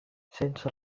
sense